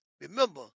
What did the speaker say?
Remember